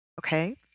okay